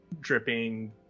dripping